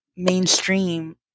mainstream